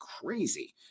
crazy